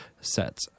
set